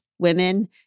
Women